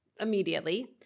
immediately